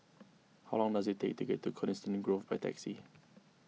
how long does it take to get to Coniston Grove by taxi